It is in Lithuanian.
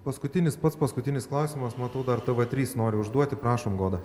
paskutinis pats paskutinis klausimas matau dar tv trys nori užduoti prašom goda